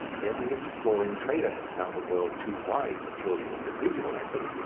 then the exploring trader had found a world too wide for purely individual effort,